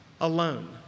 alone